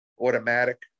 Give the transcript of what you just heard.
automatic